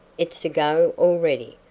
it's a go already.